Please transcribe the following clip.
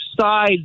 side